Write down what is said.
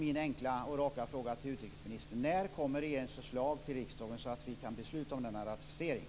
Min enkla och raka fråga till utrikesministern är: När kommer regeringens förslag till riksdagen, så att vi kan besluta om denna ratificering?